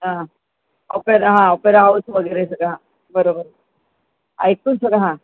हां ओपेरा हां opera house वगैरे सगळा बरोबर ऐकून सगळं हां